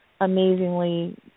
amazingly